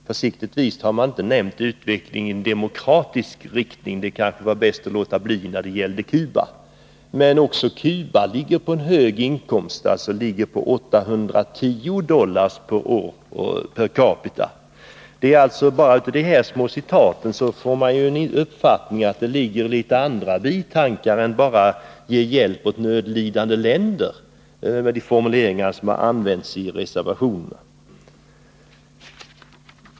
Försiktigtvis har man inte sagt utveckling i demokratisk riktning — det var kanske bäst att låta bli det när det gäller Cuba. Men också Cuba har en hög inkomst, nämligen 810 dollar per år och capita. Av dessa små referat får man uppfattningen att det här finns bitankar och att det inte bara gäller att ge hjälp åt nödlidande länder.